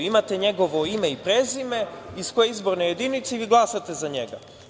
Imate njegovo ime i prezime, iz koje je izborne jedinice i glasanje za njega.